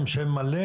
אני מהנדס מועצת